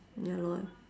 ya lor